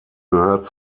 gehört